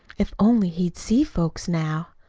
if only he'd see folks now.